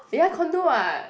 ya condo [what]